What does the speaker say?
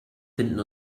finden